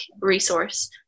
resource